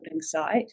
site